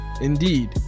Indeed